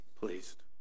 Pleased